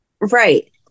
Right